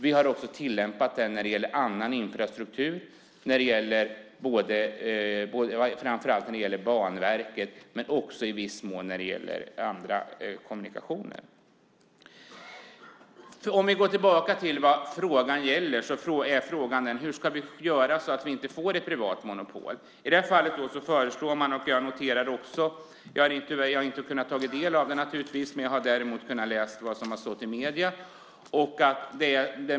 Vi har också tillämpat detta vad gäller annan infrastruktur, framför allt vad gäller Banverket och i viss mån andra kommunikationer. Låt oss gå tillbaka till frågan. Hur ska vi göra så att det inte blir ett privat monopol? Jag har inte tagit del av detta, men jag har läst vad som har stått i medierna.